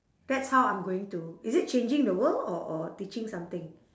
that's how I'm going to is it changing the world or or teaching something